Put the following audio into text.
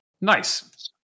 nice